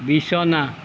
বিছনা